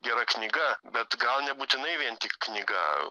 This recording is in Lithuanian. gera knyga bet gal nebūtinai vien tik knyga